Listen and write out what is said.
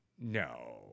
no